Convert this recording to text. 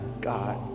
God